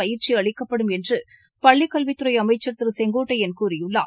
பயிற்சிஅளிக்கப்படும் என்றுபள்ளிக்கல்வித்துறைஅமைச்சர் திருசெங்கோட்டயன் கூறியுள்ளார்